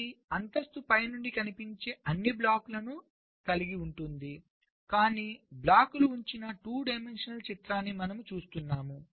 ఇది అంతస్తు పై నుండి కనిపించే అన్ని బ్లాక్లను కలిగి ఉంటుంది కానీ బ్లాక్లు ఉంచిన 2 డైమెన్షనల్ చిత్రాన్ని మనము చూస్తున్నాము